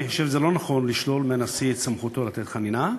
אני חושב שזה לא נכון לשלול מהנשיא את סמכותו לתת חנינה.